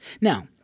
Now